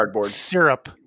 syrup